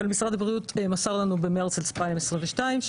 אבל משרד הבריאות מסר לנו במרץ 2022 שמצב